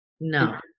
No